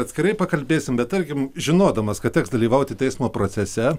atskirai pakalbėsim bet tarkim žinodamas kad teks dalyvauti teismo procese